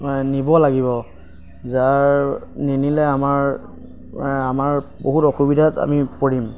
নিব লাগিব যাৰ নিনিলে আমাৰ আমাৰ বহুত অসুবিধাত আমি পৰিম